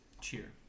cheer